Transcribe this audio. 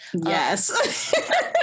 yes